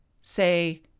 Say